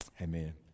Amen